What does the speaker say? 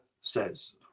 says